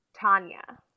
Tanya